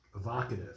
evocative